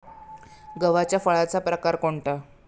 गव्हाच्या फळाचा प्रकार कोणता?